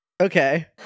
Okay